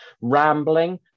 rambling